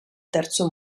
terzo